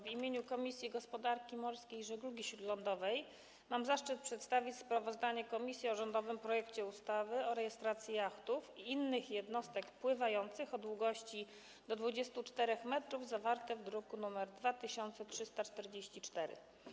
W imieniu Komisji Gospodarki Morskiej i Żeglugi Śródlądowej mam zaszczyt przedstawić sprawozdanie komisji o rządowym projekcie ustawy o rejestracji jachtów i innych jednostek pływających o długości do 24 m zawarte w druku nr 2344.